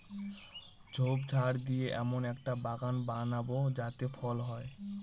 ঝোপঝাড় দিয়ে এমন একটা বাগান বানাবো যাতে ফল হয়